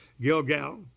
Gilgal